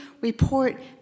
report